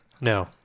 No